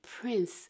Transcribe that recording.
Prince